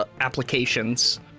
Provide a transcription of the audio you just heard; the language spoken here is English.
applications